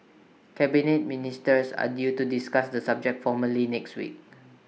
Cabinet Ministers are due to discuss the subject formally next week